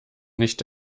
nicht